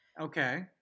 Okay